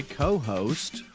co-host